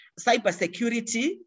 cybersecurity